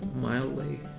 mildly